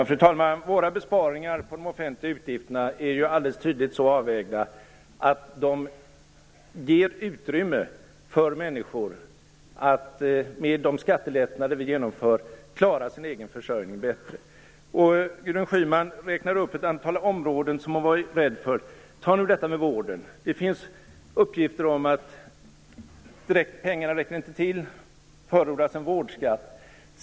Fru talman! Våra besparingar på de offentliga utgifterna är alldeles tydligt så avvägda att de ger utrymme för människor att med de skattelättnader vi genomför klara sin egen försörjning bättre. Gudrun Schyman räknar upp ett antal områden som hon varit orolig för. Vården är ett exempel. Det finns uppgifter om att pengarna inte räcker till, och en vårdskatt förordas.